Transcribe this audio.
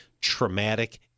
traumatic